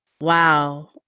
wow